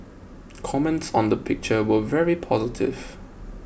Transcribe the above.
comments on the picture were very positive